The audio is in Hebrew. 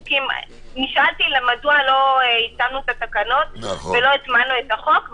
נשאלתי מדוע לא התקנו את התקנות ולא הטמענו את החוק.